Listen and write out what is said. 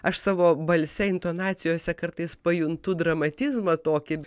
aš savo balse intonacijose kartais pajuntu dramatizmą tokį